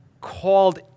called